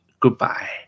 Goodbye